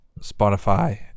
Spotify